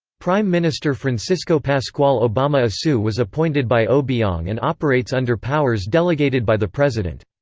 prime minister francisco pascual obama asue was appointed by obiang and operates under powers delegated by the president.